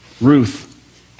Ruth